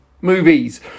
movies